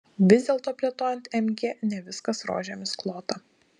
vis dėlto plėtojant mg ne viskas rožėmis klota